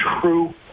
true